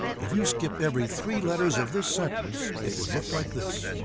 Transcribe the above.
if you skip every three letters of this sentence, it would look like this.